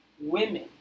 women